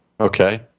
Okay